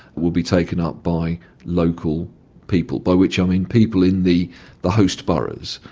would be taken up by local people, by which i mean people in the the host boroughs,